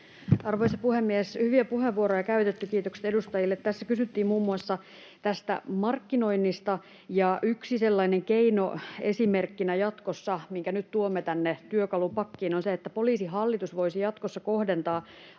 Arvoisa puhemies! Hyviä puheenvuoroja on käytetty, kiitokset edustajille. Tässä kysyttiin muun muassa tästä markkinoinnista. Yksi sellainen keino, minkä nyt tuomme tänne työkalupakkiin, on esimerkiksi se, että Poliisihallitus voisi jatkossa kohdentaa